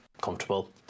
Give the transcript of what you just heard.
comfortable